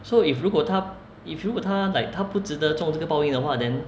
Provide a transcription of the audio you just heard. so if 如果他 if 如果他 like 他不值得中这个报应的话 then